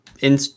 in-